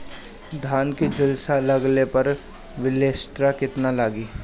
धान के झुलसा लगले पर विलेस्टरा कितना लागी?